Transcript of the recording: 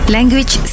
Language